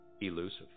elusive